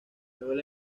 duele